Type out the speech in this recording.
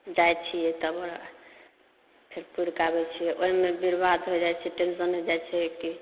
जाइ छियै तब ओहाँ फेर पुरिकऽ आबय छियै ओइमे बर्वाद होइ जाइ छै टेन्शन होइ जाइ छै की